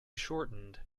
shortened